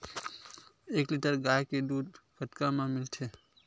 एक लीटर गाय के दुध कतका म मिलथे?